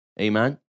Amen